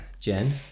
Jen